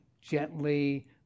gently